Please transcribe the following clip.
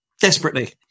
desperately